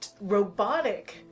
robotic